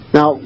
Now